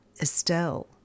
Estelle